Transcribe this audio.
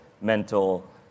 mental